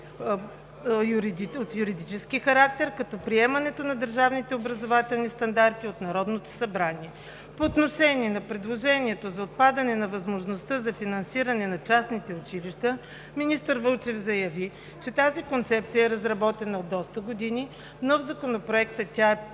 от юридически характер – като приемането на държавните образователни стандарти от Народното събрание. По отношение на предложението за отпадането на възможността за финансиране на частните училища министър Вълчев заяви, че тази концепция е разработвана от доста години, но в Законопроекта тя не